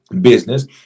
business